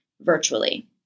virtually